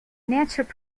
natural